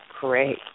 great